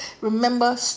Remember